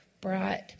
brought